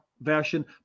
version